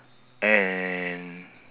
and